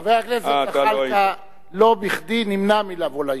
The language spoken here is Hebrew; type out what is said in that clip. חבר הכנסת זחאלקה לא בכדי נמנע מלבוא לישיבה.